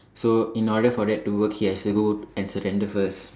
so in order for that to work he has to go and surrender first